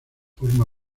forma